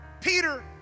Peter